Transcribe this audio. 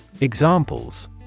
Examples